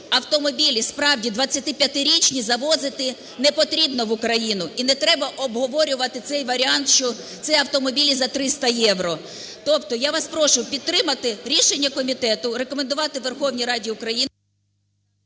автомобілі, справді, 25-річні завозити не потрібно в Україну. І не треба обговорювати цей варіант, що це автомобілі за 300 євро. Тобто я вас прошу підтримати рішення комітету: рекомендувати Верховній Раді України…